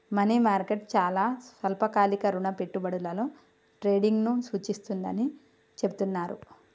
money market చాలా స్వల్పకాలిక రుణ పెట్టుబడులలో ట్రేడింగ్ను సూచిస్తుందని చెబుతున్నరు